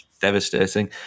Devastating